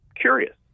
curious